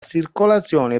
circolazione